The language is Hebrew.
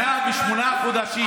שנה ושמונה חודשים,